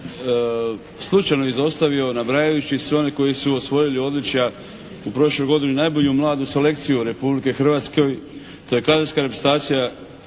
slučajno izostavio nabrajajući sve one koji su osvojili odličja u prošloj godini najbolju mladu selekciju Republike Hrvatske, to je kadetska reprezentacija